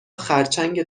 خرچنگ